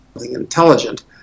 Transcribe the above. intelligent